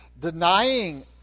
denying